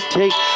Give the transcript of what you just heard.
take